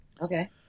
Okay